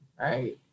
right